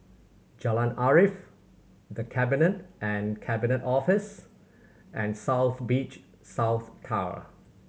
Jalan Arif The Cabinet and Cabinet Office and South Beach South Tower